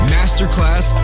Masterclass